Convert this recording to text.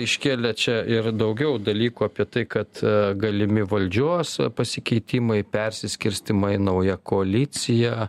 iškėlė čia ir daugiau dalykų apie tai kad galimi valdžios pasikeitimai persiskirstymai nauja koalicija